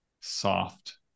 soft